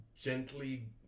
gently